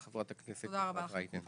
תודה, חברת הכנסת אפרת רייטן.